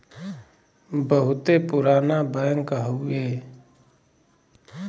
बहुते पुरनका बैंक हउए